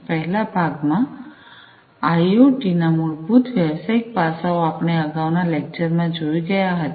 પહેલા ભાગ માં આઇઓટી ના મૂળભૂત વ્યવસાયિક પાસાઓ આપણે અગાઉં ના લેકચરમાં જોઈ ગયા હતા